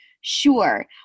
Sure